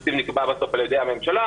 התקציב נקבע בסוף על ידי הממשלה,